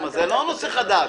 זה לא נושא חדש.